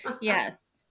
yes